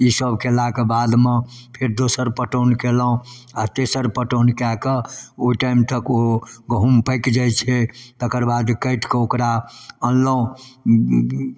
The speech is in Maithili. ईसब कएलाके बादमे फेर दोसर पटौन केलहुँ आओर तेसर पटौन कऽ कऽ ओहि टाइम तक ओ गहूम पाकि जाइ छै तकर बाद काटिकऽ ओकरा अनलहुँ